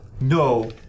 No